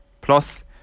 Plus